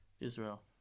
Israel